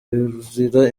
yurira